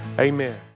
Amen